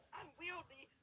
unwieldy